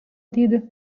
dydį